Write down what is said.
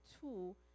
two